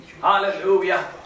hallelujah